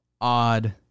odd